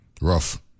rough